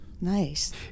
Nice